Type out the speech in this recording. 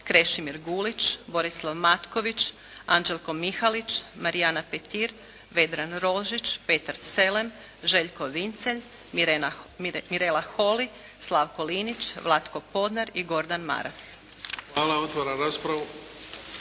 Hvala. Otvaram raspravu.